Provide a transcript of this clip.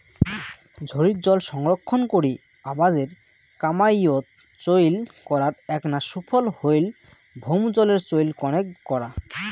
ঝড়ির জল সংরক্ষণ করি আবাদের কামাইয়ত চইল করার এ্যাকনা সুফল হইল ভৌমজলের চইল কণেক করা